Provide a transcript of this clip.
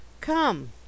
Come